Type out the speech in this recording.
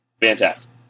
Fantastic